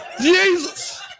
Jesus